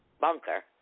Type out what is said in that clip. bunker